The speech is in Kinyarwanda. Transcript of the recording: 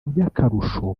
by’akarusho